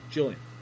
Julian